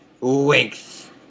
winks